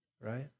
right